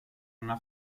una